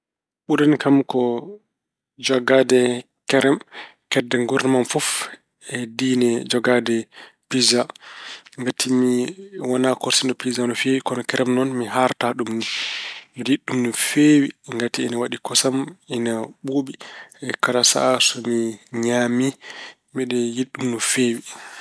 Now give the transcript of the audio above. Ɓurani kam ko jogaade kerem kedde nguurdam am fof e diine jogaade piija. Ngati mi wonaa korsinɗo piijo no feewi. Kono kerem noon mi haarataa ɗum ni. Mbeɗe yiɗi ɗum no feewi, ngati ina waɗi kosam, ina ɓuuɓi. Kala sahaa so mi ñaami mbeɗe yiɗi ɗum no feewi.